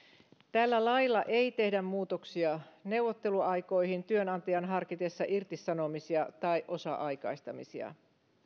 tällä lailla ei tehdä muutoksia neuvotteluaikoihin työnantajan harkitessa irtisanomisia tai osa aikaistamisia